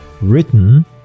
Written